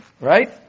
right